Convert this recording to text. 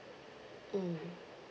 mm